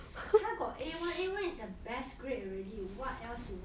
她 got al1 a1l is the best grade already what else you want